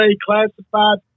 classified